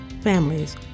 families